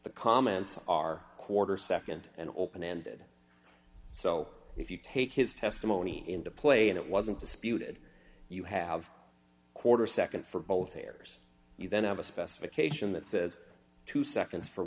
the comments are quarter nd and open ended so if you take his testimony into play and it wasn't disputed you have a quarter nd for both errors you then have a specification that says two seconds for